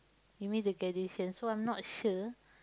he miss the graduation so I'm not sure